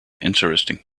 interesting